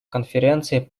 конференции